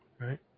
right